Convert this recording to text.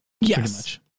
Yes